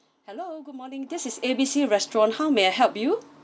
hello good morning this is A B C restaurant how may I help you